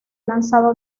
lanzado